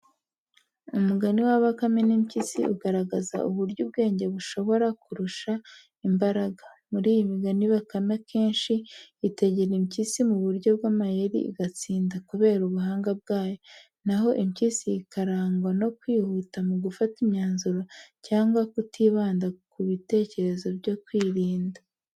Umugani wa Bakame n’Impyisi ugaragaza uburyo ubwenge bushobora kurusha imbaraga. Muri iyi migani, Bakame kenshi itegera Impyisi mu buryo bw’amayeri, igatsinda kubera ubuhanga bwayo, naho Impyisi ikarangwa no kwihuta mu gufata imyanzuro cyangwa kutibanda ku bitekerezo byo kwirinda.